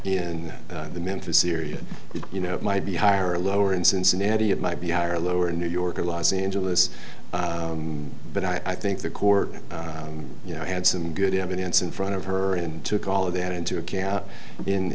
in the memphis area you know it might be higher or lower in cincinnati it might be higher or lower in new york or los angeles but i think the court you know had some good evidence in front of her and took all of that into account